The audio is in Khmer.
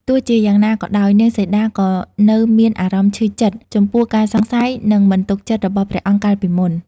ទោះជាយ៉ាងណាក៏ដោយ នាងសីតាក៏នៅមានអារម្មណ៍ឈឺចិត្ត ចំពោះការសង្ស័យ និងមិនទុកចិត្តរបស់ព្រះអង្គកាលពីមុន។